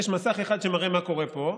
ויש מסך אחד שמראה מה קורה פה,